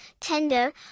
tender